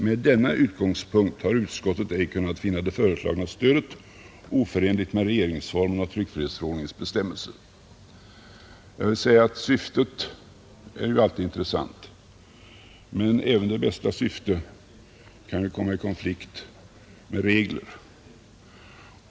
Med denna utgångspunkt har utskottet ej kunnat finna det föreslagna stödet oförenligt med regeringsformens och tryckfrihetsförordningens bestämmelser.” Jag vill säga att syftet ju alltid är intressant, men även det bästa syfte kan ju komma i konflikt med reglerna.